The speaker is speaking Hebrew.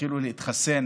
יתחילו להתחסן